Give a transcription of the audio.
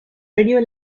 radio